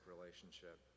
relationship